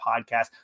podcast